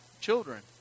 children